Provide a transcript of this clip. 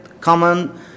common